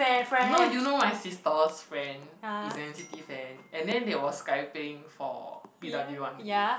no you know my sister's friend is an n_c_t fan and then they were skyping for P_W one day